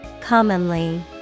Commonly